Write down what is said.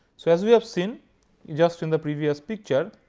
so, as we have seen just in the previous picture.